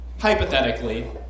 hypothetically